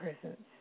presence